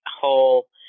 whole